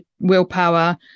willpower